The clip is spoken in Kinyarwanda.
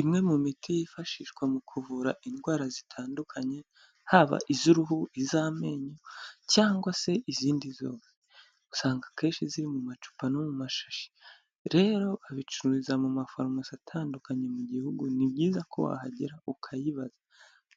Imwe mu miti yifashishwa mu kuvura indwara zitandukanye, haba iz'uruhu, iz'amenyo cyangwa se izindi zose, usanga akenshi ziri mu macupa no mu mashashi, rero babicururiza mu mafarumasi atandukanye mu gihugu, ni byiza ko wahagera ukayibaza